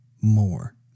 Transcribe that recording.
more